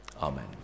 Amen